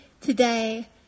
today